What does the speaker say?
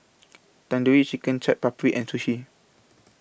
Tandoori Chicken Chaat Papri and Sushi